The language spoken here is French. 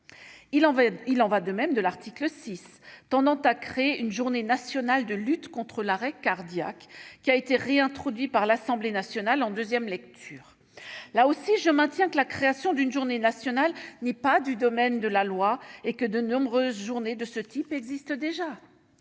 Il en va de même de l'article 6, tendant à créer une journée nationale de lutte contre l'arrêt cardiaque, réintroduit par l'Assemblée nationale en deuxième lecture. Je maintiens que la création d'une journée nationale n'est pas du domaine de la loi et que de nombreuses journées de ce type existent déjà.